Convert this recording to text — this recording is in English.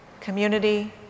community